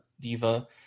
diva